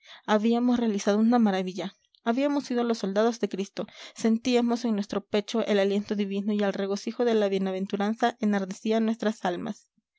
habíamos realizado una maravilla habíamos sido los soldados de cristo sentíamos en nuestro pecho el aliento divino y el regocijo de la bienaventuranza enardecía nuestras almas